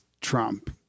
Trump